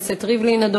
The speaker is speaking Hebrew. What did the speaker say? במיוחד ההזדמנות לדבר